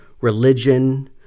religion